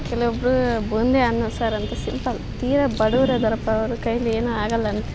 ಕೆಲವೊಬ್ಬರು ಬೂಂದಿ ಅನ್ನ ಸಾರು ಅಂತ ಸಿಂಪಲ್ ತೀರಾ ಬಡವ್ರು ಅದಾರಪ್ಪ ಅವ್ರ ಕೈಯಲ್ಲಿ ಏನೂ ಆಗೋಲ್ಲ